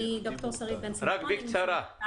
שלום.